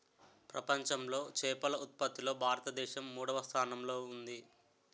ప్రపంచంలో చేపల ఉత్పత్తిలో భారతదేశం మూడవ స్థానంలో ఉంది